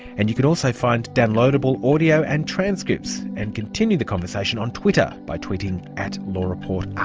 and you can also find downloadable audio and transcripts and continue the conversation on twitter by tweeting at lawreportrn